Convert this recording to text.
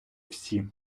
всі